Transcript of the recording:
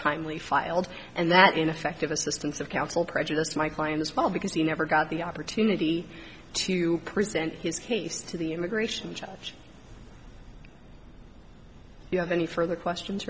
timely filed and that ineffective assistance of counsel prejudice my client as well because he never got the opportunity to present his case to the immigration judge you have any further questions